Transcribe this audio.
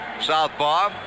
southpaw